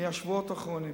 מהשבועות האחרונים.